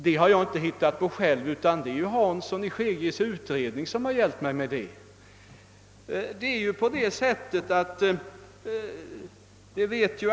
Det har jag inte hittat på själv, utan det är den utredning herr Hansson i Skegrie deltagit i som hjälpt mig med det.